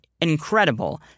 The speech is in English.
incredible